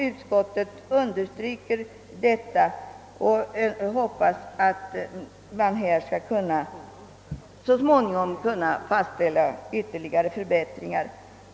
Utskottet understryker detta och hoppas att man så småningom skall kunna genomföra ytterligare förbättringar härvidlag.